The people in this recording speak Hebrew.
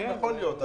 יכול להיות.